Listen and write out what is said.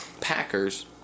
Packers